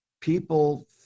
People